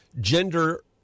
gender